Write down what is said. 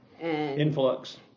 influx